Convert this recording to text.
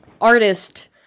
artist